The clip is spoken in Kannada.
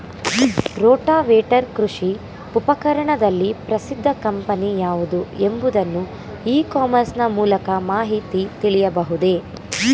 ರೋಟಾವೇಟರ್ ಕೃಷಿ ಉಪಕರಣದಲ್ಲಿ ಪ್ರಸಿದ್ದ ಕಂಪನಿ ಯಾವುದು ಎಂಬುದನ್ನು ಇ ಕಾಮರ್ಸ್ ನ ಮೂಲಕ ಮಾಹಿತಿ ತಿಳಿಯಬಹುದೇ?